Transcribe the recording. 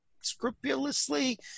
scrupulously